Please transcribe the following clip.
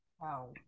wow